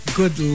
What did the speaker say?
good